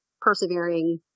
persevering